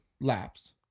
laps